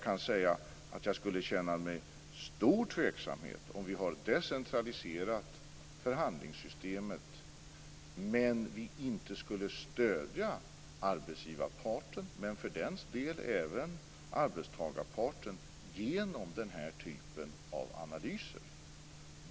Jag skulle känna stor tveksamhet om vi har decentraliserat förhandlingssystemet men inte stöder arbetsgivarparten, och för den del även arbetstagarparten, genom den här typen av analyser.